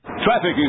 Traffic